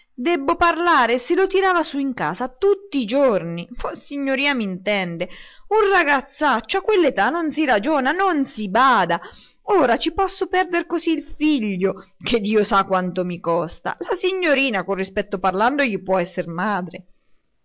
debbo parlare se lo tirava su in casa tutti i giorni vossignoria m'intende un ragazzaccio a quell'età non si ragiona non si bada ora ci posso perdere così il figlio che dio sa quanto mi costa la signorina con rispetto parlando gli può esser madre